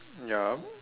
ya